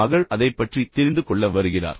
மகள் அதைப் பற்றி தெரிந்து கொள்ள வருகிறார்